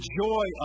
joy